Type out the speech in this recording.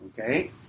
Okay